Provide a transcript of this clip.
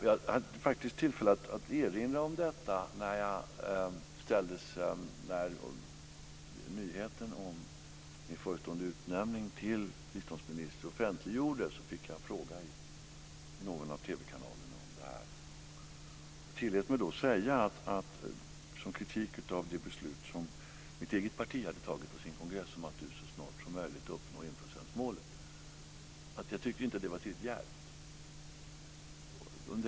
Jag hade tillfälle att erinra om detta när nyheten om min förestående utnämning till biståndsminister offentliggjordes och jag fick en fråga i någon av TV kanalerna. Jag tillät mig då säga, som kritik av det beslut som mitt eget parti hade tagit på sin kongress om att så snart som möjligt uppnå enprocentsmålet, att jag inte tyckte att det var tillräckligt djärvt.